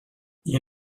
you